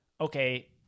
okay